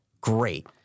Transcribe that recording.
great